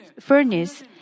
furnace